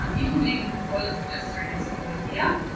um if you need them the toilets are just through this door here,